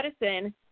medicine